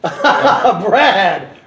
Brad